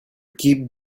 keep